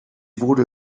wurde